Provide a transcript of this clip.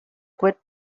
quit